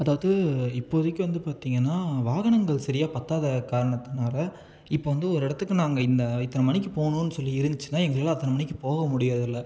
அதாவது இப்போதைக்கு வந்து பார்த்தீங்கனா வாகனங்கள் சரியாக பற்றாத காரணத்தினால இப்போ வந்து ஒரு இடத்துக்கு நாங்கள் இந்த இத்தனை மணிக்கு போணும்னு சொல்லி இருந்துச்சினால் எங்களால் அத்தனை மணிக்கு போக முடிகிறது இல்லை